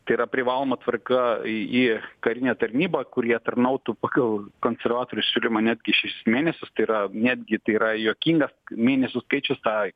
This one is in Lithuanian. tai yra privaloma tvarka į į karinę tarnybą kur jie tarnautų pagal konservatorių siūlymą netgi šešis mėnesius tai yra netgi tai yra juokingas mėnesių skaičius tą